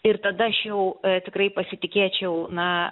ir tada aš jau tikrai pasitikėčiau na